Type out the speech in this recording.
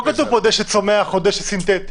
לא כתוב פה "דשא צומח" או "דשא סינתטי".